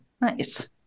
Nice